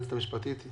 אני